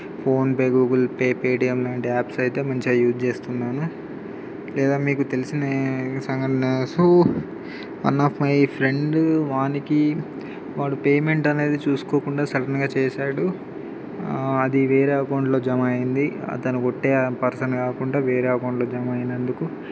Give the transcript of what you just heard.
PhonePe Google Pay Paytm లాంటి apps అయితే మంచిగా యూజ్ చేస్తున్నాను లేదా మీకు తెలిసిన సంఘటన so one of my friend వానికి వాడు పేమెంట్ అనేది చూసుకోకుండా సడన్గా చేసాడు అది వేరే అకౌంట్లో జమ అయింది అతను కొట్టే పర్సన్ కాకుండా వేరే అకౌంట్లో జమ అయినందుకు